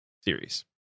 series